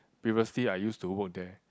previously I used to work there